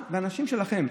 ואנשים שלכם,